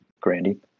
Grandy